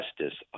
justice